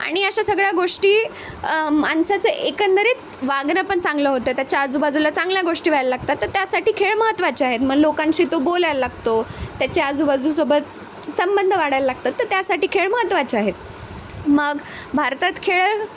आणि अशा सगळ्या गोष्टी मानसाचं एकंदरीत वागणं पण चांगलं होतं त्याच्या आजूबाजूला चांगल्या गोष्टी व्हायला लागतात तर त्यासाठी खेळ महत्त्वाचे आहेत मग लोकांशी तो बोलायला लागतो त्याच्या आजूबाजूसोबत संबंध वाढायला लागतात तर त्यासाठी खेळ महत्त्वाचे आहेत मग भारतात खेळ